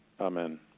Amen